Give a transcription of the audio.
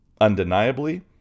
Undeniably